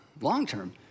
long-term